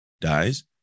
dies